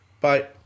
Bye